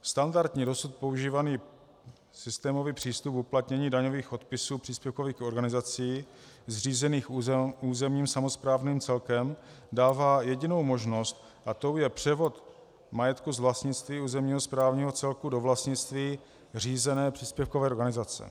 Standardní, dosud používaný systémový přístup uplatnění daňových odpisů příspěvkových organizací zřízených územním samosprávným celkem dává jedinou možnost a tou je převod majetku z vlastnictví z územního samosprávného celku do vlastnictví řízené příspěvkové organizace.